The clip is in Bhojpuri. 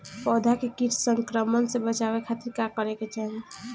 पौधा के कीट संक्रमण से बचावे खातिर का करे के चाहीं?